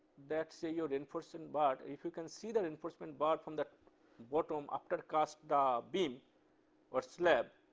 that, say your reinforcement bar, if you can see the reinforcement bar from the bottom after cast the beam or slab,